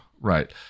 Right